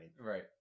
Right